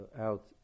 out